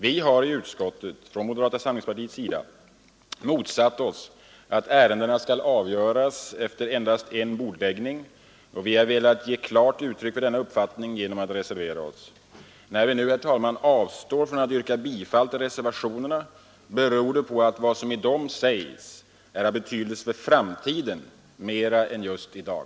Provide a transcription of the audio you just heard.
Vi har i utskotten från moderata samlingspartiet motsatt oss att ärendena skall avgöras efter endast en bordläggning, och vi har velat ge klart uttryck för denna uppfattning genom att reservera oss. När vi nu avstår från att yrka bifall till reservationerna beror det på att vad som i dem sägs är av betydelse för framtiden mera än just i dag.